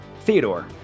Theodore